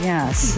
Yes